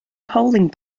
polling